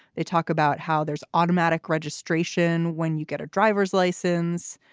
they talk about how there's automatic registration when you get a driver's license.